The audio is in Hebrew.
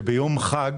אני חושב שביום חג